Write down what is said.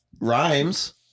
Rhymes